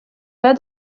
pas